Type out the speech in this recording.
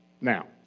Now